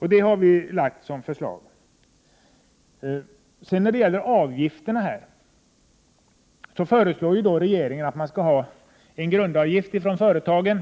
i den riktningen. När det gäller avgifterna föreslår regeringen en grundavgift för företagen.